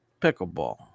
pickleball